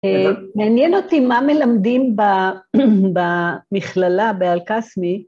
אה...מעניין אותי מה מלמדים במכללה באלכסמי.